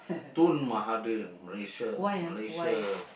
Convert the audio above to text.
Tun Mahathir Malaysia Malaysia